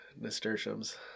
nasturtiums